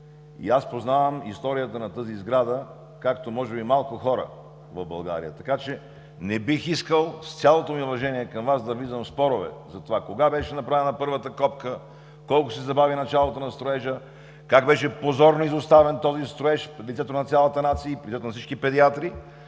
Аз познавам историята на тази сграда, както може би малко хора в България, така че не бих искал, с цялото ми уважение към Вас, да влизам в спорове за това – кога беше направена първата копка, колко се забави началото на строежа, как беше позорно изоставен този строеж пред лицето на цялата нация и пред лицето на всички педиатри.